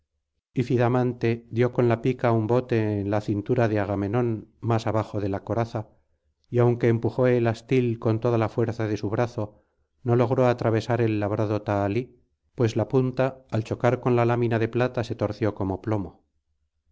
desvió ifidamante dio con la pica un bote en la cintura de agamenón más abajo de la coraza y aunque empujó el astil con toda la fuerza de su brazo no logró atravesar el labrado tahalí pues la punta al chocar con la lámina de plata se torció como plomo